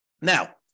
Now